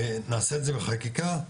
נעשה את זה בחקיקה,